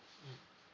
mmhmm